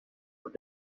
were